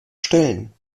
stellen